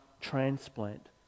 transplant